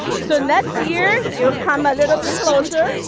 so next year you come a little bit closer.